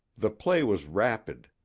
the play was rapid.